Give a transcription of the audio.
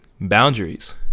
boundaries